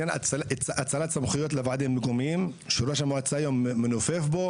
האצלת סמכויות לוועדים המקומיים שראש המועצה היום מנופף בו.